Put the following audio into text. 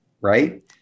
Right